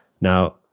Now